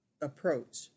approach